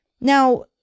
Now